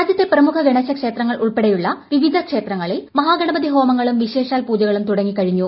രാജ്യത്തെ പ്രമുഖ ഗണേശ ക്ഷേത്രങ്ങൾ ഉൾപ്പെടെയുള്ള വിവിധ ക്ഷേത്രങ്ങളിൽ മഹാ ഗണപതി ഹോമങ്ങളും വിശേഷാൽ പൂജകളും തുടങ്ങിക്കഴിഞ്ഞു